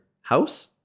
house